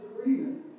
agreement